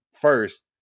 first